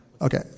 Okay